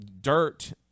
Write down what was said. dirt